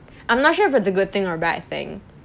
I'm not sure if it's a good thing or bad thing